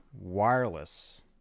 wireless